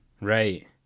Right